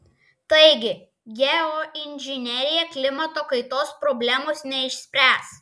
taigi geoinžinerija klimato kaitos problemos neišspręs